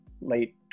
late